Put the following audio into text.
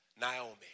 Naomi